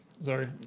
Sorry